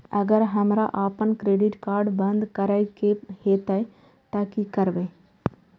अगर हमरा आपन क्रेडिट कार्ड बंद करै के हेतै त की करबै?